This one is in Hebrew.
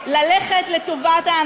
כולנו חושבים שהיא טובה,